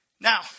Now